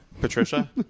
Patricia